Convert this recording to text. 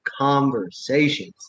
conversations